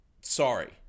sorry